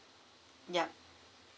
yup